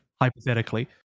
Hypothetically